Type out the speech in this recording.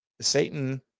Satan